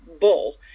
bull